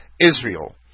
Israel